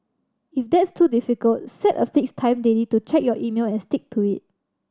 if that's too difficult set a fixed time daily to check your email and stick to it